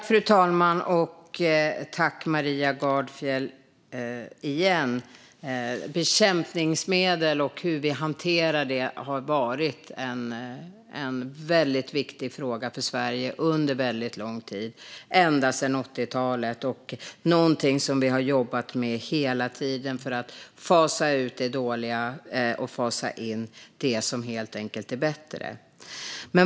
Fru talman! Bekämpningsmedel och hur vi hanterar dem har varit en väldigt viktig fråga för Sverige under väldigt lång tid, ända sedan 80-talet. Under hela denna tid har vi jobbat för att fasa ut det dåliga och fasa in det som är bättre.